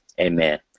Amen